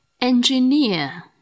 Engineer